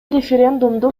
референдумду